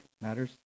matters